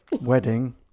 wedding